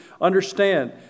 understand